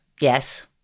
Yes